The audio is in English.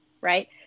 right